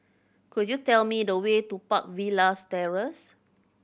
could you tell me the way to Park Villas Terrace